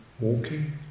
walking